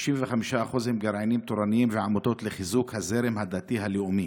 65% הם גרעינים תורניים ועמותות לחיזוק הזרם הדתי הלאומי.